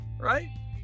Right